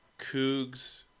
Cougs